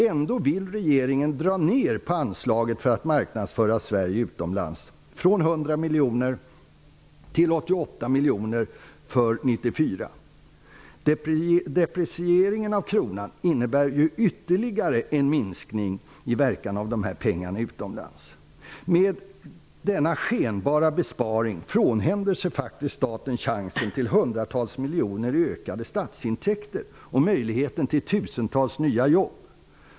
Ändå vill regeringen dra ner på anslaget för marknadsföring av Sverige utomlands från 100 miljoner till 88 miljoner för 1994. Deprecieringen av kronan innebär ytterligare en minskning av resultatet av dessa pengar utomlands. Med denna skenbara besparing frånhänder sig faktiskt staten chansen till hundratals miljoner i ökade statsintäkter och möjligheten till tusentals nya jobb.